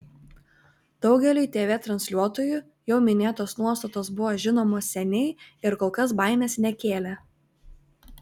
daugeliui tv transliuotojų jau minėtos nuostatos buvo žinomos seniai ir kol kas baimės nekėlė